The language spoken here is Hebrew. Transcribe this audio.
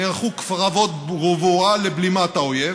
נערכו קרבות לבלימת האויב,